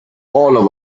all